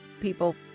people